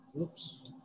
Oops